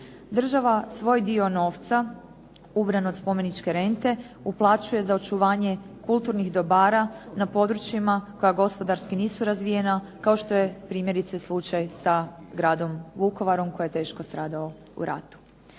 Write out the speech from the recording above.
Država svoj dio novca ubran od spomeničke rente uplaćuje za očuvanje kulturnih dobara na područjima koja gospodarski nisu razvijena kao što je primjerice slučaj sa gradom Vukovarom koji je teško stradao u ratu.